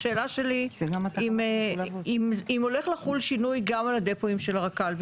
השאלה שלי אם הולך ל חול שינוי גם על הדפואים של הרק"ל,